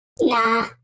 Nah